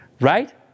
Right